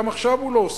גם עכשיו הוא לא עושה,